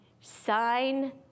sign